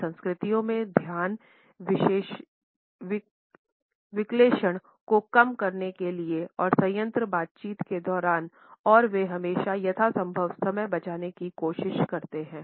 इन संस्कृतियों में ध्यान विकर्षण को कम करने के लिए और संयंत्र बातचीत के दौरान और वे हमेशा यथासंभव समय बचाने की कोशिश करते हैं